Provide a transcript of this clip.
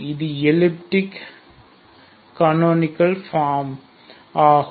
இது elliptic canonical form ஆகும்